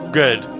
good